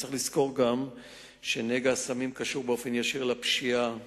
צריך לזכור גם שנגע הסמים קשור באופן ישיר לפשיעה,